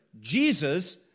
Jesus